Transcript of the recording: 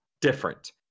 different